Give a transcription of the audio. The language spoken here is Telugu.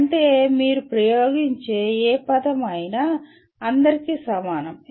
అంటే మీరు ఉపయోగించే ఏ పదం అయినా అందరికీ సమానం